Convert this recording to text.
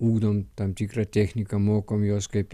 ugdom tam tikrą techniką mokom juos kaip